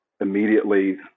Immediately